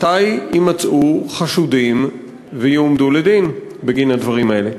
מתי יימצאו חשודים ויועמדו לדין בגין הדברים האלה?